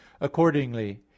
Accordingly